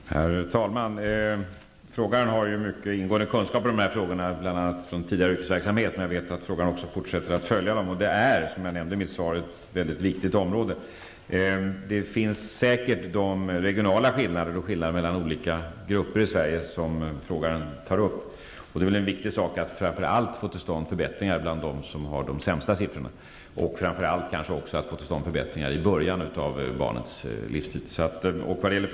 Herr talman! Fråganden har mycket ingående kunskaper i detta sammanhang, bl.a. från tidigare yrkesverksamhet. Jag vet att fråganden också fortsätter att följa dessa frågor. Det här är, som jag nämnde i mitt svar, ett väldigt viktigt område. De regionala skillnader och även de skillnader som finns mellan olika grupper i Sverige som fråganden här nämner finns säkert. Det är viktigt att framför allt få till stånd förbättringar för de grupper som uppvisar de sämsta siffrorna. Speciellt gäller det kanske att få till stånd förbättringar redan från första början i ett barns liv.